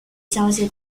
交界